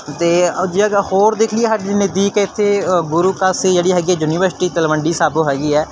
ਅਤੇ ਜਗ੍ਹਾ ਹੋਰ ਦੇਖ ਲਈ ਸਾਡੇ ਨਜ਼ਦੀਕ ਇੱਥੇ ਗੁਰੂ ਕਾਸੀ ਜਿਹੜੀ ਹੈਗੀ ਆ ਯੂਨੀਵਰਸਿਟੀ ਤਲਵੰਡੀ ਸਾਬੋ ਹੈਗੀ ਹੈ